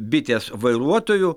bitės vairuotojų